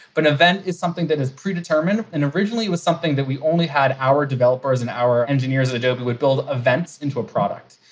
but an event is something that is predetermined and originally was something that we only had our developers and our engineers in adobe would build events into a product.